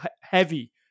heavy